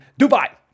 Dubai